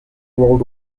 world